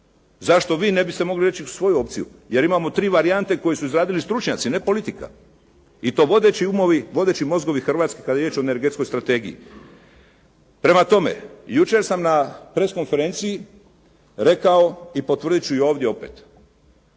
Zašto vi ne biste mogli reći svoju opciju? Jer imamo tri varijante koju su izradili stručnjaci ne politika, i to vodeći umovi, vodeći mozgovi Hrvatske kada je riječ o energetskoj strategiji. Prema tome, jučer sam na press konferenciji rekao i potvrditi ću i ovdje opet,